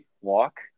walk